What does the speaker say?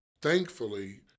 Thankfully